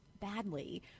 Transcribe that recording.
badly